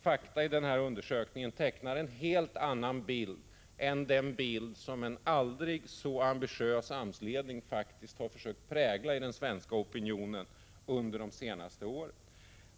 Fakta i denna undersökning tecknar en annan bild än den som en aldrig så ambitiös AMS-ledning faktiskt försökt prägla i den svenska opinionen under de senaste åren.